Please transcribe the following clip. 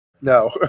No